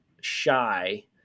shy